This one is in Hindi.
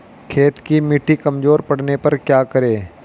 खेत की मिटी कमजोर पड़ने पर क्या करें?